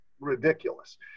Ridiculous